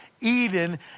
Eden